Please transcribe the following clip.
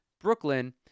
Brooklyn